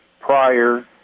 prior